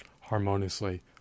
harmoniously